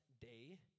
day